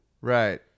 Right